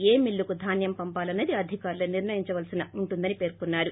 ఏ మిల్లుకు ధాన్యం పంపాలన్నది అధికారులే నిర్ణయించవలసి ఉంటుందని పేర్కొన్నారు